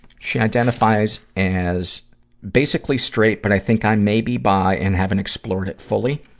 she identifies as basically straight, but i think i may be bi and haven't explored it fully.